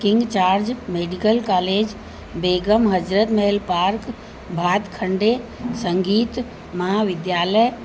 King George medical college Begum Hazrat Mahal park Bhatkhande Sangeet Mahavidyalaya